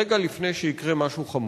רגע לפני שיקרה משהו חמור.